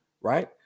right